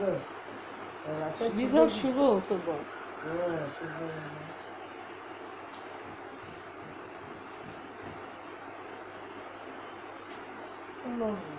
without sugar also got